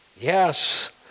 Yes